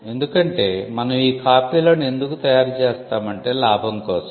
ఎందుకంటే మనం ఈ కాపీలను ఎందుకు తయారుచేస్తామంటే లాభం కోసం